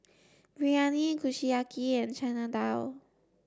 Biryani Kushiyaki and Chana Dal